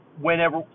whenever